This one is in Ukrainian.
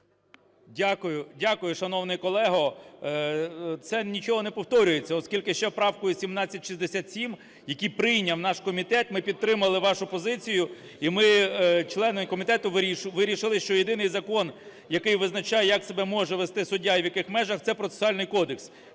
дякую, шановний колего. Це нічого не повторюється, оскільки ще правкою 1767, яку прийняв наш комітет, ми підтримали вашу позицію і ми, члени комітету, вирішили, що єдиний закон, який визначає, як себе може вести суддя і в яких межах – це Процесуальний кодекс.